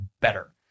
better